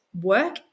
work